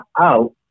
out